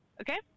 okay